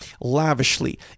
lavishly